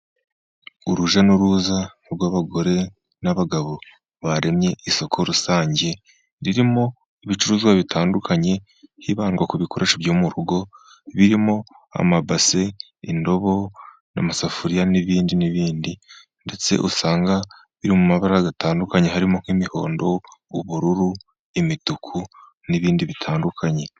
Urujya n'uruza rw'abagore n'abagabo baremye isoko rusange. Ririmo ibicuruzwa bitandukanye hibandwa ku bikoresho byo mu rugo birimo: amabase, indobo, n'amasafuriya, n'ibindi n'ibindi. Ndetse usanga biri mu mabara atandukanye harimo: nk'imihondo, ubururu, imituku, n'ibindi bitandukanye.